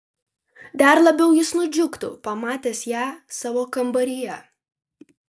dar labiau jis nudžiugtų pamatęs ją savo kambaryje